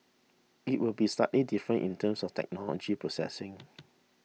it would be slightly different in terms of technology processing